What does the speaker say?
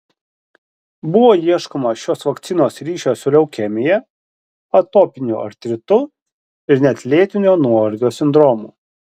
buvo ieškoma šios vakcinos ryšio su leukemija atopiniu artritu ir net lėtinio nuovargio sindromu